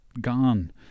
gone